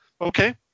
Okay